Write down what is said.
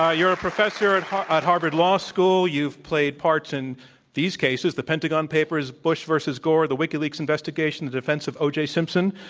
ah you're a professor at harvard at harvard law school. you've played parts in these cases. the pentagon papers, bush v. gore, the wikileaks investigations the defense of oj simpson.